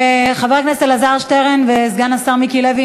חבר הכנסת אלעזר שטרן וסגן השר מיקי לוי,